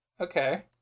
Okay